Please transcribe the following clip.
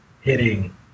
hitting